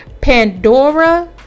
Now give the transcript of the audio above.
Pandora